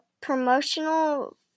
promotional